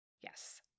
Yes